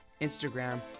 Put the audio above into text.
Instagram